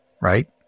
right